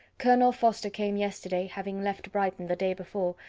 colonel forster came yesterday, having left brighton the day before,